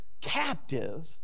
captive